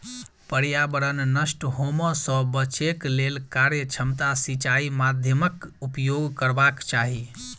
पर्यावरण नष्ट होमअ सॅ बचैक लेल कार्यक्षमता सिचाई माध्यमक उपयोग करबाक चाही